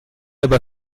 über